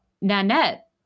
nanette